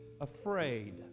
afraid